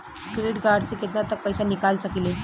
Credit card से केतना तक पइसा निकाल सकिले?